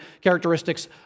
characteristics